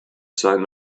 sign